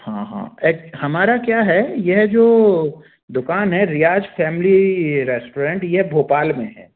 हाँ हाँ एक हमारा क्या है यह जो दुकान है रियाज़ फैमिली रेस्टोरेंट यह भोपाल में है